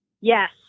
Yes